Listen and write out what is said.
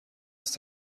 است